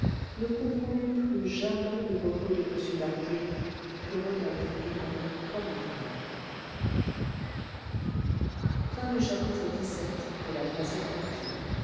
ne compromît plus jamais le repos de m d'harville que rodolphe aimait comme un frère